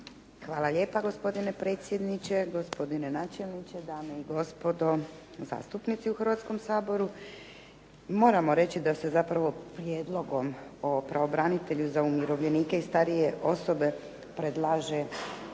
Hvala lijepa gospodine predsjedniče, gospodine načelniče, dame i gospodo zastupnici u Hrvatskom saboru. Moramo reći da se zapravo prijedlogom o pravobranitelju za umirovljenike i starije osobe predlaže